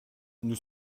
nous